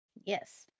Yes